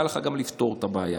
קל לך גם לפתור את הבעיה.